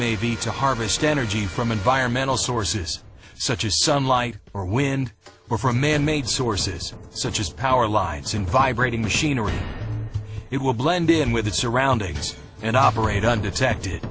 maybe to harvest energy from environmental sources such as sunlight or wind or from manmade sources such as power lines and vibrating machinery it will blend in with its surroundings and operate undetected